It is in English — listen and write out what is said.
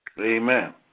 Amen